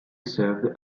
served